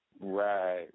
Right